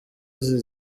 izi